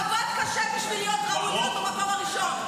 עבד קשה בשביל להיות ראוי להיות למקום הראשון.